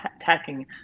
attacking